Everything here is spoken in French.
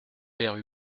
père